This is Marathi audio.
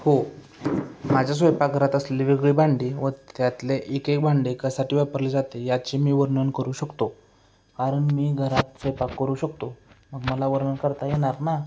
हो माझ्या स्वयंपाकघरात असलेली वेगळी भांडी व त्यातले एक एक भांडे कशासाठी वापरले जाते याचे मी वर्णन करू शकतो कारण मी घरात स्वयंपाक करू शकतो मग मला वर्णन करता येणार ना